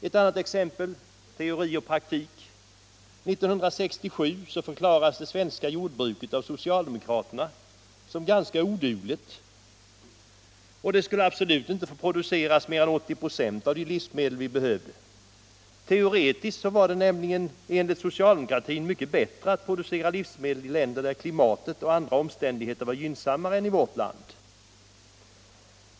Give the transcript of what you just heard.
Ett annat exempel på teori och praktik: 1967: förklarades det svenska jordbruket av socialdemokraterna vara ganska odugligt, och det skulle absolut inte få producera mer än 80 96 av de livsmedel vi behövde. Teo retiskt var det nämligen enligt socialdemokratin mycket bättre att producera livsmedel i länder där klimatet och andra omständigheter var gynnsammare än i vårt land.